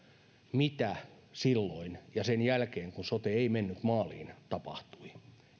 mitä silloin ja sen jälkeen kun sote ei mennyt maaliin tapahtui